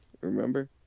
Remember